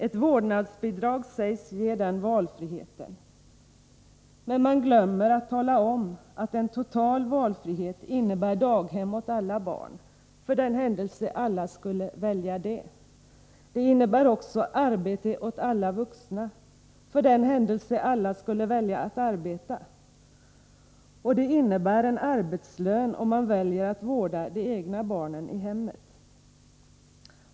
Ett vårdnadsbidrag sägs ge den valfriheten. Men man glömmer att tala om att en total valfrihet innebär daghem åt alla barn, för den händelse att alla skulle välja det. Det innebär också arbete åt alla vuxna, för den händelse alla skulle välja att arbeta, och det innebär en arbetslön om man väljer att vårda de egna barnen i hemmet.